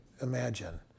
imagine